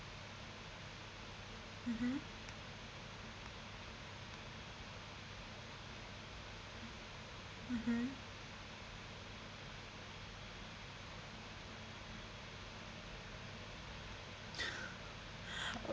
mmhmm mmhmm